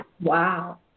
Wow